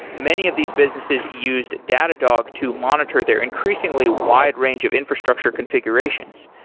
many of these businesses used datadog to monitor their increasingly wide range of infrastructure configurations,